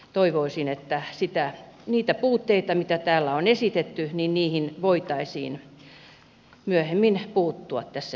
toivoisin että niihin puutteisiin mitä täällä on esitetty voitaisiin myöhemmin puuttua tässä eduskunnassa